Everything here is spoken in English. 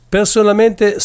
Personalmente